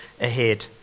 ahead